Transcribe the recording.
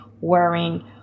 wearing